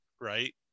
Right